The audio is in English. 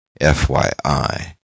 FYI